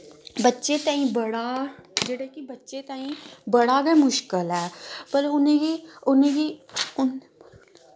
बच्चें तांईं बड़ा जेह्ड़ा कि बच्चें तांईं बड़ा गै मुश्कल ऐ पर उ'नेंगी उनेंगी